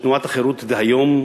שתנועת החרות דהיום,